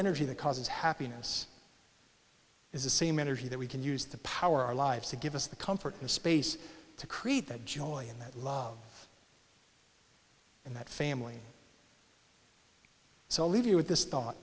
energy that causes happiness is the same energy that we can use to power our lives to give us the comfort and space to create that joy and that love and that family so i'll leave you with this thought